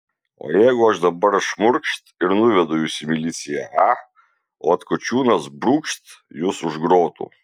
o jeigu aš dabar šmurkšt ir nuvedu jus į miliciją a o atkočiūnas brūkšt jus už grotų